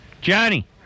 Johnny